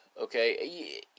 Okay